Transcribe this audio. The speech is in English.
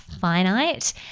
finite